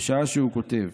בשעה שהוא כותב,